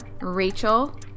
Rachel